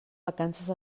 vacances